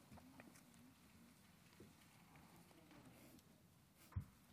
הם עברו לשמאל עכשיו.